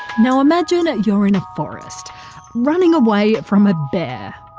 now imagine and you're in a forest running away from a bear.